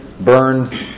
burned